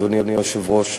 אדוני היושב-ראש,